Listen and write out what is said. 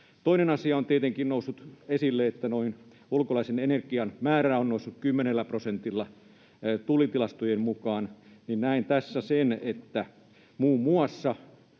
toinen asia on tietenkin noussut esille, eli ulkolaisen energian määrä on noussut 10 prosentilla Tullin tilastojen mukaan. Näen tässä sen, että voitaisiin